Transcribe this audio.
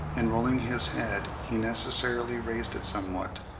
in rolling his head he necessarily raised it somewhat,